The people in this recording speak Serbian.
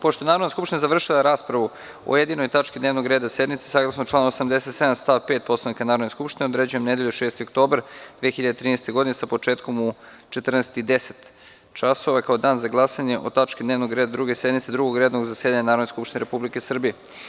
Pošto je Narodna skupština završila raspravu o jedinoj tački dnevnog reda sednice, saglasno članu 87. stav 5. Poslovnika Narodne skupštine, određujem nedelju, 6. oktobar 2013. godine, sa početkom u 14.10 časova, kao dan za glasanje o tački dnevnog reda Druge sednice Drugog redovnog zasedanja Narodne skupštine Republike Srbije.